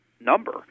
number